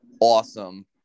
awesome